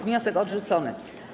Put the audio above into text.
Wniosek odrzucony.